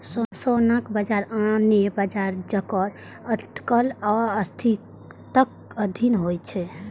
सोनाक बाजार आने बाजार जकां अटकल आ अस्थिरताक अधीन होइ छै